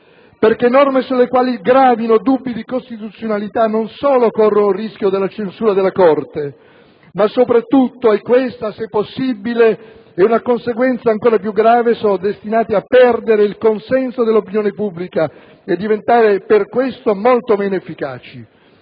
Norme sulle quali gravino dubbi di costituzionalità non solo corrono il rischio della censura della Corte costituzionale, ma soprattutto, e questa è, se possibile, una conseguenza ancora più grave, sono destinate a perdere il consenso dell'opinione pubblica e diventare per questo molto meno efficaci.